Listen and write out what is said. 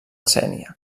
sénia